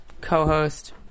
co-host